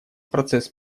процесс